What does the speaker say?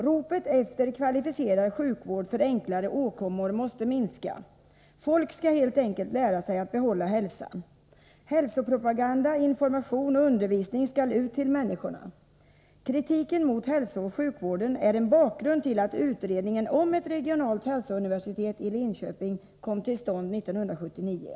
Ropet efter kvalificerad sjukvård för enklare åkommor måste minska. Folk skall helt enkelt lära sig att behålla hälsan. Hälsopropaganda, information och undervisning skall ut till människorna. Kritiken mot hälsooch sjukvården är en bakgrund till att utredningen om ett regionalt hälsouniversitet i Linköping kom till stånd 1979.